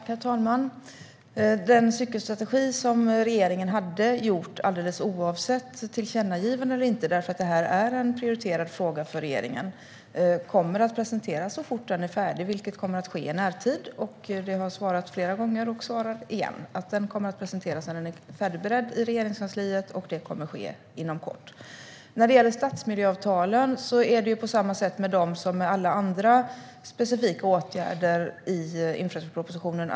Herr talman! Den cykelstrategi som regeringen hade gjort alldeles oavsett tillkännagivande eller inte, eftersom det är en prioriterad fråga för regeringen, kommer att presenteras så fort den är färdig, vilket kommer att ske i närtid. Jag har svarat det flera gånger, och jag svarar det igen. Den kommer att presenteras när den är färdigberedd i Regeringskansliet, och det kommer att ske inom kort. När det gäller stadsmiljöavtalen är det på samma sätt med dem som med alla andra specifika åtgärder i infrastrukturpropositionen.